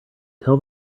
tell